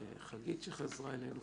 לחגית שחזרה אלינו.